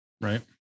Right